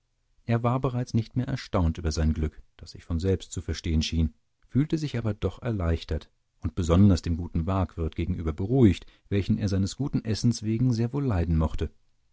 er war bereits nicht mehr erstaunt über sein glück das sich von selbst zu verstehen schien fühlte sich aber doch erleichtert und besonders dem guten waagwirt gegenüber beruhigt welchen er seines guten essens wegen sehr wohl leiden mochte